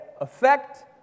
effect